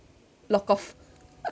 lock off